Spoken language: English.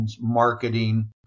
marketing